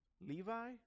Levi